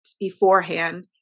beforehand